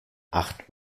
acht